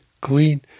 clean